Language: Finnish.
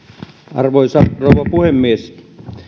arvoisa rouva puhemies